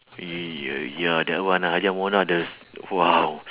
y~ ya ya that one ah hajjah mona the !wow!